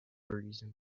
reason